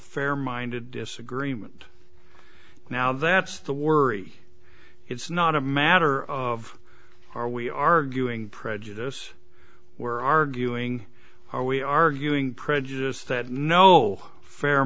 fair minded disagreement now that's the worry it's not a matter of are we arguing prejudice we're arguing are we arguing prejudice that no fair